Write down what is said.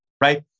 Right